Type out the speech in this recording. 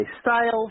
Styles